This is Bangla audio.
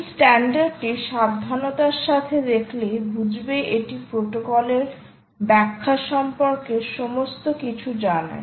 এই স্ট্যান্ডার্ডটি সাবধানতার সাথে দেখলে বুঝবে এটি প্রোটোকল এর ব্যাখ্যা সম্পর্কে সমস্ত কিছু জানায়